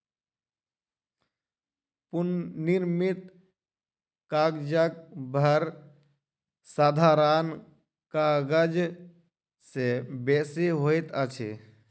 पुनःनिर्मित कागजक भार साधारण कागज से बेसी होइत अछि